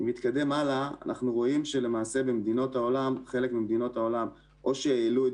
פה אנחנו רואים שחלק ממדינות העולם העלו את